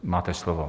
Máte slovo.